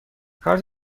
کارت